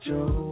Joe